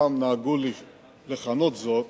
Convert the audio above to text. פעם נהגו לכנות זאת